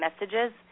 messages